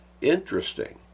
Interesting